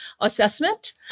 assessment